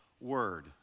word